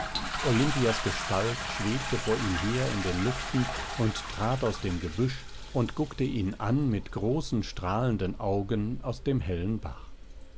olimpias gestalt schwebte vor ihm her in den lüften und trat aus dem gebüsch und guckte ihn an mit großen strahlenden augen aus dem hellen bach